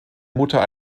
mutter